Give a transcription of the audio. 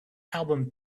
album